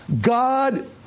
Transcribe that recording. God